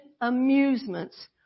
amusements